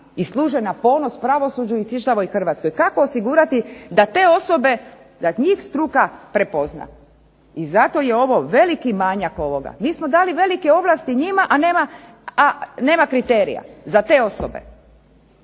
i služe na ponos pravosuđu i čitavoj Hrvatskoj. Kako osigurati da te osobe, da njih struka prepozna? I zato je ovo veliki manjak ovoga. Mi smo dali velike ovlasti njima, a nema kriterija za te osobe